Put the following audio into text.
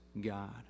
God